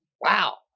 Wow